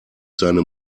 seine